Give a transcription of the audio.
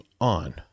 on